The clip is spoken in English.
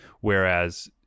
whereas